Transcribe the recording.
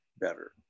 better